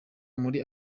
muri